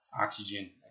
oxygen